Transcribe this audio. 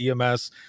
EMS